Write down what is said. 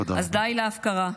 די להפקרה,